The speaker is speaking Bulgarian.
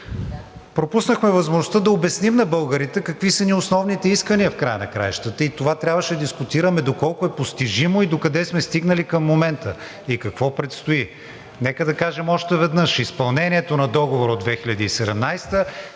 Пропуснахме възможността да обясним на българите какви са ни основните искания. В края на краищата и това трябваше да дискутираме – доколко е постижимо, докъде сме стигнали до момента и какво предстои. Нека да кажем още веднъж: изпълнението на Договора от 2017 г.